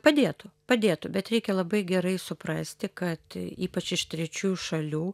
padėtų padėtų bet reikia labai gerai suprasti kad ypač iš trečių šalių